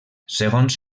segons